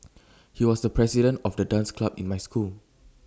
he was the president of the dance club in my school